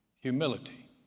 Humility